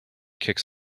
kicks